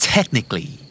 Technically